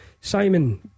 Simon